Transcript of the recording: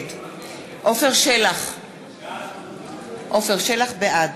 נגד עפר שלח, בעד